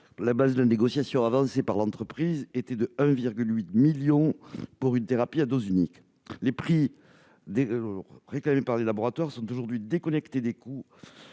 la base de négociation avancée par l'entreprise était de 1,8 million de dollars pour une thérapie à dose unique ! Les prix réclamés par les laboratoires sont aujourd'hui déconnectés des coûts